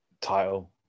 title